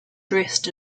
dressed